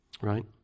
right